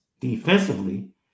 defensively